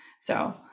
So-